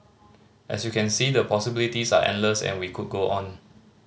as you can see the possibilities are endless and we could go on